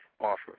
offer